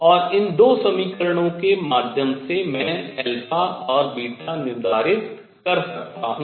और इन दो समीकरणों के माध्यम से मैं α और β निर्धारित कर सकता हूँ